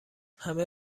همه